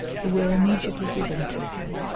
who were immediately given to him.